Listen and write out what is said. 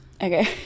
Okay